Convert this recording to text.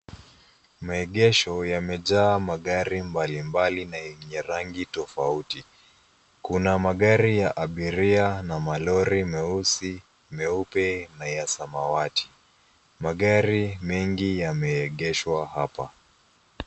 Maegesho yamejaa magari mbalimbali na yenye rangi tofauti. Kuna magari ya abiria na malori meusi, meupe na ya samawati. Magari mengi yameegeshwa hapa.